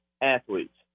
athletes